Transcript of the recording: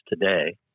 today